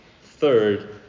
Third